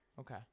Okay